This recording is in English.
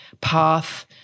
path